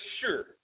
sure